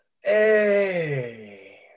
hey